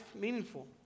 meaningful